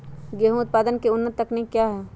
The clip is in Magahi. गेंहू उत्पादन की उन्नत तकनीक क्या है?